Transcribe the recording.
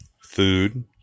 Food